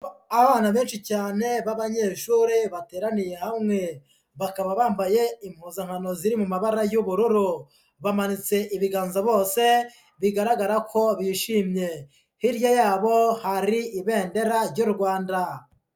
Abana benshi cyane b'abanyeshuri bateraniye hamwe. bakaba bambaye impuzankano ziri mu mabara y'ubururu. Bamanitse ibiganza bose, bigaragara ko bishimye. Hirya yabo, hari ibendera ry'u Rwanda.